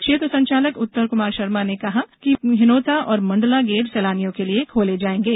क्षेत्र संचालक उत्तम कुमार शर्मा ने बताया कि हिनौता और मंडला गेट सैलानियों के लिए खोले जायेंगे